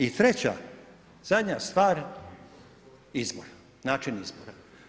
I treća, zadnja stvar izbor, način izbora.